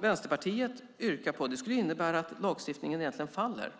Vänsterpartiets yrkande innebär att lagstiftningen faller.